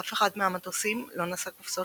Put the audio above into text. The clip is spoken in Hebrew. ואף אחד מהמטוסים לא נשא קופסאות